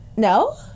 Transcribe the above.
No